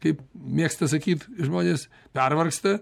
kaip mėgsta sakyt žmonės pervargsta